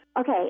Okay